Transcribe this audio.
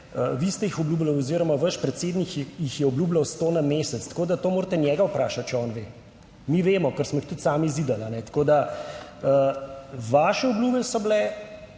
vi ste jih obljubljali oziroma vaš predsednik jih je obljubljal sto na mesec, tako da to morate njega vprašati, če on ve, mi vemo, ker smo jih tudi sami zidali. Tako da vaše obljube so bile,